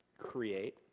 create